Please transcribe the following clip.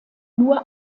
nur